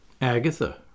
Agatha